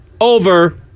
Over